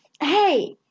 Hey